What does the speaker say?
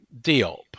Diop